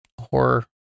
Horror